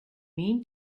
mean